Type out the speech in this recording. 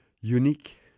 unique